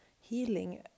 healing